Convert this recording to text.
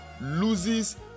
loses